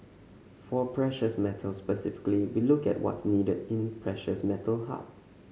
for precious metals specifically we look at what's needed in precious metal hub